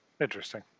interesting